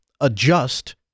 adjust